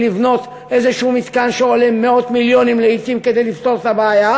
לבנות איזשהו מתקן שעולה מאות מיליונים לעתים כדי לפתור את הבעיה.